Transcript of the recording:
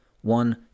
One